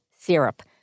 syrup